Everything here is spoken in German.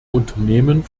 unternehmen